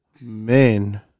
men